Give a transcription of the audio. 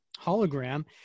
hologram